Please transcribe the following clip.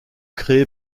créée